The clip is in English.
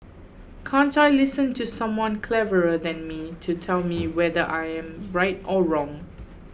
can't I listen to someone cleverer than me to tell me whether I am right or wrong